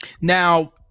Now